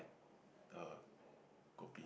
the kopi